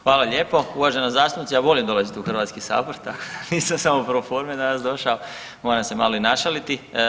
Hvala lijepo uvažena zastupnice, ja volim dolaziti u Hrvatski sabor tako da nisam samo pro forme danas došao, moram se malo i našaliti.